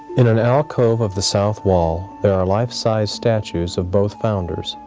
in an alcove of the south wall there are life-size statues of both founders,